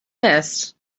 list